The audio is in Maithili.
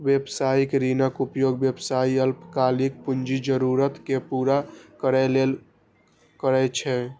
व्यावसायिक ऋणक उपयोग व्यवसायी अल्पकालिक पूंजी जरूरत कें पूरा करै लेल करै छै